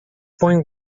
boeing